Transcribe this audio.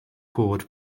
cod